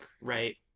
right